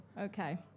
Okay